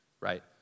right